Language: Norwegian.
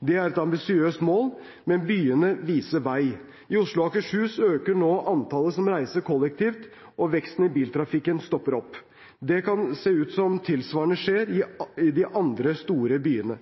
Det er et ambisiøst mål, men byene viser vei. I Oslo og Akershus øker nå antallet som reiser kollektivt, og veksten i biltrafikken stopper opp. Det kan se ut som om tilsvarende skjer i de andre store byene.